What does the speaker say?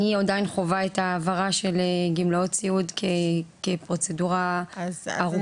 אני עדיין חווה את ההעברה של גמלאות סיעוד כפרוצדורה ארוכה,